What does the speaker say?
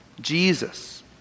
Jesus